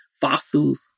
fossils